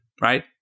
right